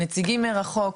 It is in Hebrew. נציגים מרחוק,